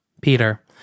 Peter